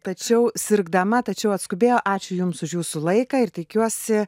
tačiau sirgdama tačiau atskubėjo ačiū jums už jūsų laiką ir tikiuosi